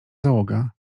załoga